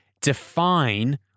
define